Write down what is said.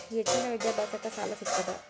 ಹೆಚ್ಚಿನ ವಿದ್ಯಾಭ್ಯಾಸಕ್ಕ ಸಾಲಾ ಸಿಗ್ತದಾ?